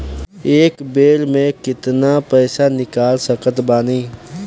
एक बेर मे केतना पैसा निकाल सकत बानी?